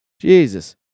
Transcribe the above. jesus